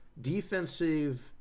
defensive –